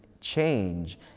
change